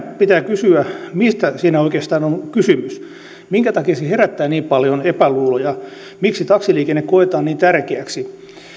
pitää kysyä mistä siinä oikeastaan on kysymys minkä takia se herättää niin paljon epäluuloja miksi taksiliikenne koetaan niin tärkeäksi